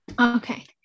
Okay